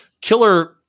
killer